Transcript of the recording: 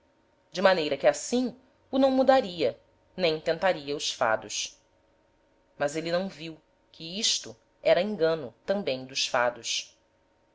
de maneira que assim o não mudaria nem tentaria os fados mas êle não viu que isto era engano tambem dos fados